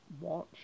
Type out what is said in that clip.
watch